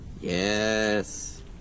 Yes